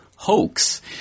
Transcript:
hoax